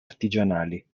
artigianali